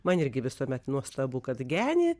man irgi visuomet nuostabu kad genį